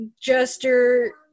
Jester